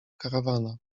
karawana